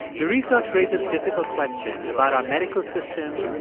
the research raises difficult questions about our medical system,